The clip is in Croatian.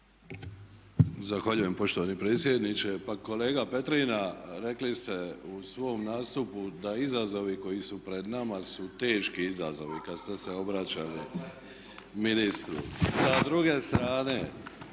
Zahvaljujem poštovani predsjedniče. Pa kolega Petrina, rekli ste u svom nastupu da izazovi koji su pred nama su teški izazovi kad ste se obraćali ministru. Sa druge strane